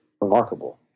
remarkable